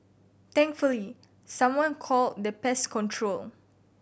thankfully someone called the pest control